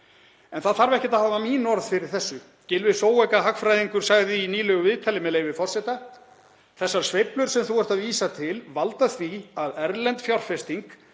Það þarf ekki að hafa mín orð fyrir þessu, Gylfi Zoëga hagfræðingur sagði í nýlegu viðtali, með leyfi forseta: „… þessar sveiflur sem þú ert að vísa til valda því að erlend fjárfesting,